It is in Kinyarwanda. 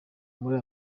muri